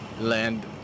land